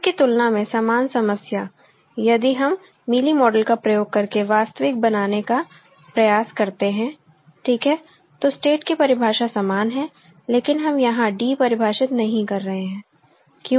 अब इसकी तुलना में समान समस्या यदि हम मीली मॉडल का प्रयोग करके वास्तविक बनाने का प्रयास करते हैं ठीक है तो स्टेट की परिभाषा समान है लेकिन हम यहां d परिभाषित नहीं कर रहे हैं क्यों